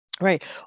right